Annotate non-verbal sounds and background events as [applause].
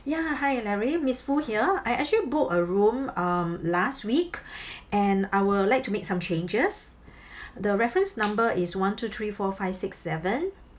ya hi larry miss foo here I actually booked a room um last week [breath] and I will like to make some changes [breath] the reference number is one two three four five six seven